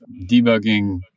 debugging